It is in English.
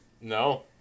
No